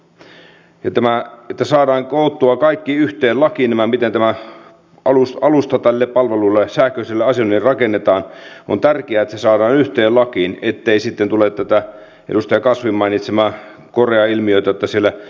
on tärkeää että saadaan koottua kaikki yhteen lakiin se miten tämä alusta tälle palvelulle sähköiselle asioinnille rakennetaan ettei sitten tule tätä edustaja kasvin mainitsemaa korea ilmiötä